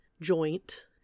joint